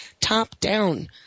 top-down